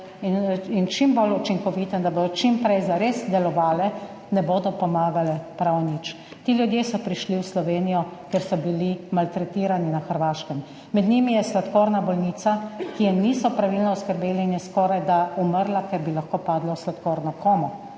in čim bolj učinkovite in da bodo čim prej zares delovale – ne bodo pomagale prav nič. Ti ljudje so prišli v Slovenijo, ker so bili maltretirani na Hrvaškem. Med njimi je sladkorna bolnica, ki je niso pravilno oskrbeli in je skorajda umrla, ker bi lahko padlo v sladkorno komo.